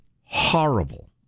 horrible